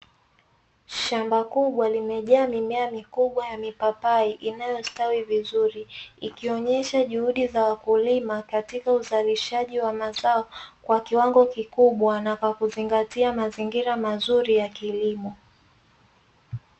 Shamba kubwa limejaa mimea mikubwa ya mipapai inayostawi vizuri, ikionesha juhudi za wakulima katika uzalishaji wa mazao kwa kiwango kikubwa, na kwakuzingatia mazingira mazuri ya kilimo.